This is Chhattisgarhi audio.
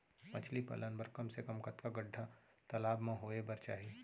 मछली पालन बर कम से कम कतका गड्डा तालाब म होये बर चाही?